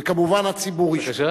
וכמובן הציבור ישפוט.